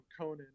conan